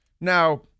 Now